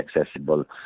accessible